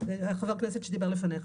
חבר הכנסת שדיבר לפניך.